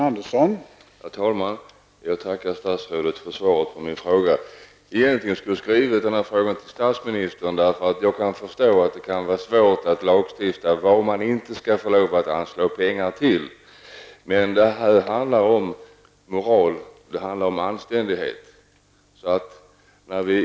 Herr talman! Jag tackar statsrådet för svaret. Egentligen skulle jag ha skrivit till statsministern, för jag kan förstå att det kan vara svårt att lagstifta om vad man inte skall få anslå pengar till. Men detta handlar om moral och anständighet.